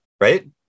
right